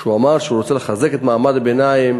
שהוא אמר שהוא רוצה לחזק את מעמד הביניים,